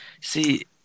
see